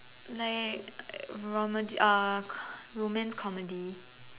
like romedy uh romance comedy